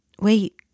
Wait